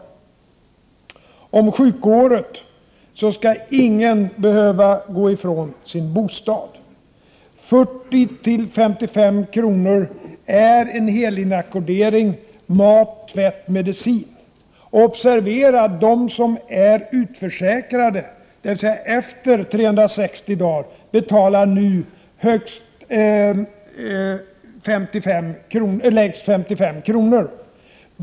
Beträffande friåret på sjukhus vill jag säga att ingen skall behöva gå ifrån sin bostad. 40-55 kr. är vad en helinackordering kostar — med mat, tvätt och medicin. Observera då att de som är utförsäkrade, dvs. efter 360 dagar, nu betalar lägst 55 kr.